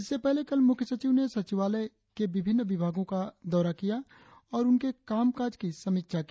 इससे पहले कल मुख्य सचिव ने सचिवालय के विभिन्न विभागो का दौरा किया और उनके काम काज की समीक्षा की